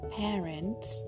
parents